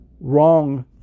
wrong